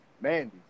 mandy